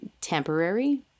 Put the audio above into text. temporary